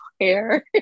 hair